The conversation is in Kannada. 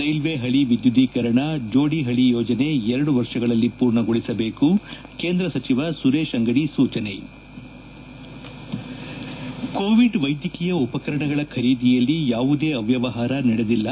ರೈಲ್ವೆ ಹಳಿ ವಿದ್ಯುದೀಕರಣ ಜೋಡಿ ಹಳಿ ಯೋಜನೆ ಎರಡು ವರ್ಷಗಳಲ್ಲಿ ಪೂರ್ಣಗೊಳಿಸಬೇಕು ಕೇಂದ್ರ ಸಚಿವ ಸುರೇಶ್ ಅಂಗಡಿ ಸೂಚನೆ ಕೋವಿಡ್ ವೈದ್ಯಕೀಯ ಉಪಕರಣಗಳ ಖರೀದಿಯಲ್ಲಿ ಯಾವುದೇ ಅವ್ಣವಹಾರ ನಡೆದಿಲ್ಲ